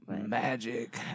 Magic